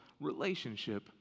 relationship